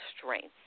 strength